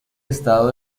estado